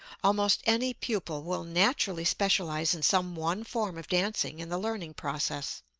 almost any pupil will naturally specialize in some one form of dancing in the learning process.